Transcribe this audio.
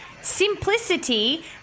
simplicity